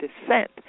descent